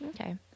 Okay